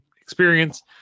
experience